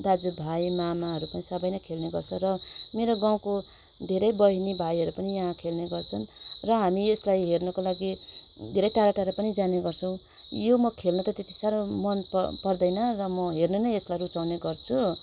दाजुभाइ मामाहरू पनि सबै नै खेल्ने गर्छ र मेरो गाउँको धेरै बहिनी भाइहरू पनि यहाँ खेल्ने गर्छन् र हामी यसलाई हेर्नुको लागि धेरै टाढाटाढा पनि जाने गर्छौँ यो म खेल्न त त्यति साह्रो मन पर पर्दैन र म हेर्न नै यसलाई रुचाउने गर्छु